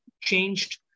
changed